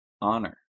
honor